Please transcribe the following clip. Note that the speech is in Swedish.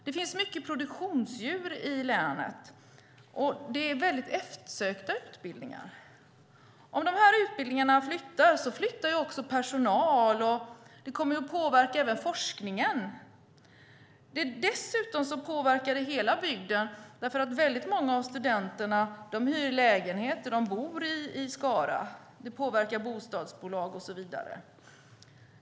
Det finns mycket produktionsdjur i länet, och det är väldigt eftersökta utbildningar. Om dessa utbildningar flyttar kommer också personal att flytta, och det kommer även att påverka forskningen. Dessutom påverkar det hela bygden, för väldigt många av studenterna hyr lägenheter och bor i Skara. Det påverkar bostadsbolag och så vidare.